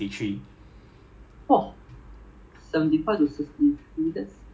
then after that I go S_C_S right I gained a bit I gained until about sixty four sixty five